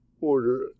order